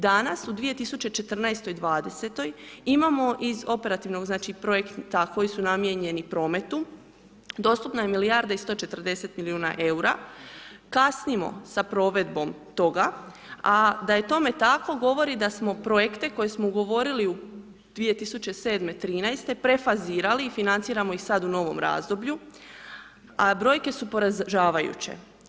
Danas, u 2014. i 2020. imamo iz operativnog projekta, koji su namijenjeni prometu, dostupna je milijarda i 140 milijuna eura, kasnimo sa provedbom toga, a da je tome tako govori da smo projekte koje smo ugovorili 2007.- 2013. prefazirali i financiramo iz sada u novom razdoblju, a brojke su poražavajuće.